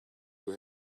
who